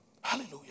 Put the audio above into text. Hallelujah